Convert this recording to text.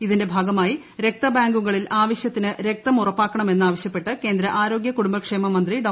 ഇതിന്റെ ഭാഗമായി ര ക്തബാങ്കുകളിൽ ആവശ്യത്തിന് രക്തം ഉറപ്പാക്കണമെന്ന് ആവ ശൃപ്പെട്ട് കേന്ദ്ര ആരോഗൃ കുടുംബ ക്ഷേമ മന്ത്രി ഡോ